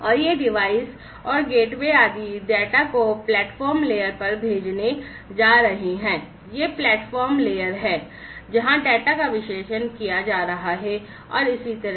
और ये डिवाइस और गेटवे आदि डेटा को प्लेटफ़ॉर्म लेयर पर भेजने जा रहे हैं ये प्लेटफ़ॉर्म लेयर हैं जहाँ डेटा का विश्लेषण किया जा रहा है और इसी तरह